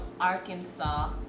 arkansas